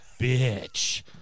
bitch